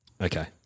Okay